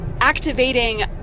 activating